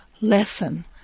lesson